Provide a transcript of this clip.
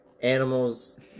animals